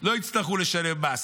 לא יצטרכו לשלם מס.